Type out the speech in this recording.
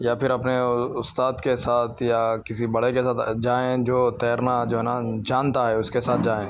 یا پھر اپنے استاد کے ساتھ یا کسی بڑے کے ساتھ جائیں جو تیرنا جو نا جانتا ہے اس کے ساتھ جائیں